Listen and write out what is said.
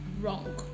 wrong